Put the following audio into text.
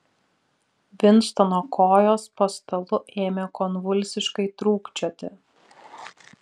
vinstono kojos po stalu ėmė konvulsiškai trūkčioti